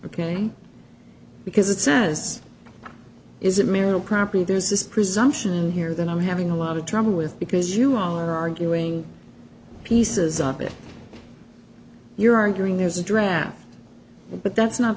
ok because it says is a marital property there's this presumption here that i'm having a lot of trouble with because you all are arguing pieces of it you're arguing there's a draft but that's not